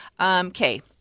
Okay